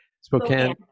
Spokane